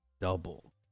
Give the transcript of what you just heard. double